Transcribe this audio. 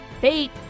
fate